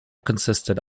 consisted